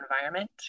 environment